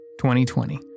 2020